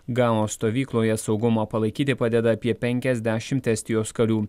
ganos stovykloje saugumą palaikyti padeda apie penkiasdešim estijos karių